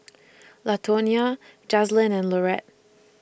Latonia Jazlynn and Laurette